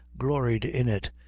gloried in it,